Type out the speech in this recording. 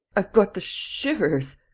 i've got the shivers,